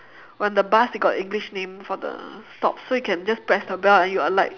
when the bus it got english name for the stop so you can just press the bell and you alight